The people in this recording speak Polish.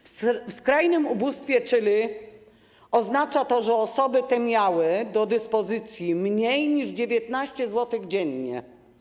W skrajnym ubóstwie, czyli oznacza to, że osoby te miały do dyspozycji mniej niż 19 zł dziennie.